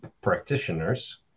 practitioners